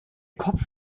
kopf